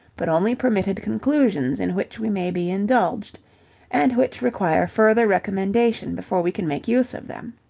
but only permitted conclusions in which we may be indulged and which require further recommendation before we can make use of them.